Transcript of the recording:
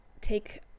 take